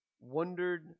wondered